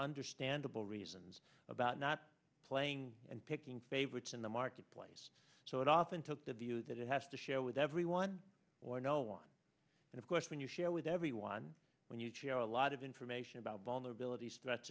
understandable reasons about not playing and picking favorites in the marketplace so it often took the view that it has to share with everyone or no one and of course when you share with everyone when you share a lot of information about vulnerabilities threats